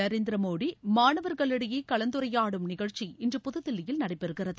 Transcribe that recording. நரேந்திர மோடி மாணவர்களிடையே கலந்தரையாடும் நிகழ்ச்சி இன்றபுதுதில்லியில் நடைபெறுகிறது